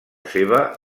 seva